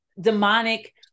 demonic